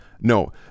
No